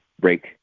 break